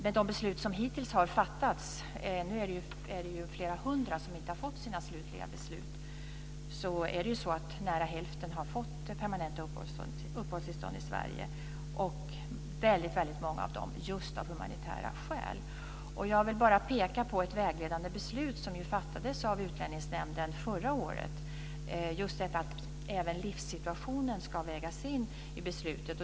Av de beslut som hittills har fattats - nu är det ju flera hundra som inte har fått sina slutliga beslut - har nära hälften fått permanent uppehållstillstånd i Sverige, och väldigt många av dem just av humanitära skäl. Jag vill bara peka på ett vägledande beslut som ju fattades av Utlänningsnämnden förra året och just detta att även livssituationen ska vägas in i beslutet.